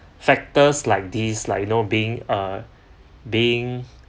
factors like this like you know being a being